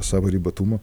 savo ribotumo